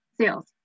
sales